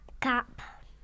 cap